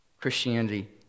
Christianity